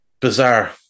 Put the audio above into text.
Bizarre